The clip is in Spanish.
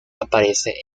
aparece